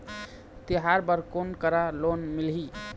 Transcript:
तिहार बर कोन करा लोन मिलही?